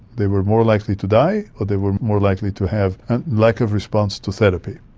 they were more likely to die or they were more likely to have a lack of response to therapy.